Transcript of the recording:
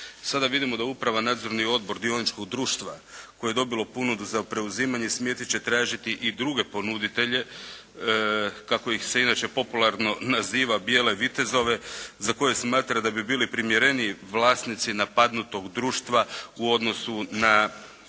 Sada vidimo da uprava, nadzorni odbor dioničkog društva koje je dobilo ponudu za preuzimanje, smjeti će tražiti i druge ponuditelje kako ih se inače popularno naziva "bijele vitezove" za koje smatra da bi bili primjereniji vlasnici napadnutog društva u odnosu na